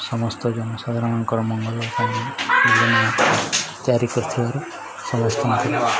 ସମସ୍ତ ଜନ ସାଧାରଣଙ୍କର ମଙ୍ଗଲ ତିଆରି କରୁଥିବାରୁ ସମସ୍ତଙ୍କୁ